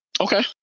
Okay